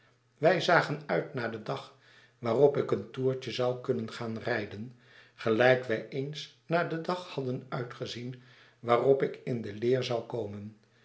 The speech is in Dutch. wij zagen uit naar den dag waarop ik eentoertje zou kunnen gaan rijden gelijk wij eens naar den dag hadden uitgezien waarop ik in de leer zou komen